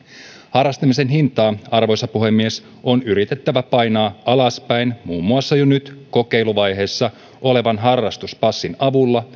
harrastamisen hintaa arvoisa puhemies on yritettävä painaa alaspäin muun muassa jo nyt kokeiluvaiheessa olevan harrastuspassin avulla